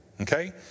okay